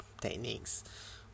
techniques